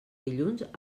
dilluns